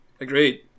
Agreed